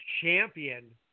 champion